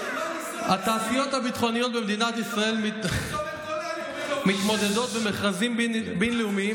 התעשיות הביטחוניות במדינת ישראל מתמודדות במכרזים בין-לאומיים